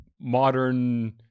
modern